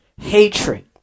hatred